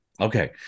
Okay